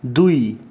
दुई